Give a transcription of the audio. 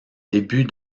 début